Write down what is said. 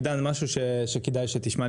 עידן, כדאי שתשמע.